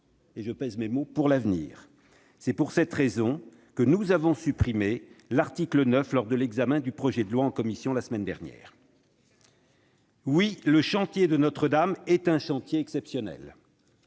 je pèse mes mots -pour l'avenir. Tout à fait ! C'est pour cette raison que nous avons supprimé l'article 9 lors de l'examen du projet de loi en commission, la semaine dernière. Oui, le chantier de Notre-Dame est un chantier exceptionnel.